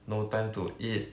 no time to eat